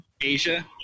Asia